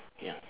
ya